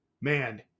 man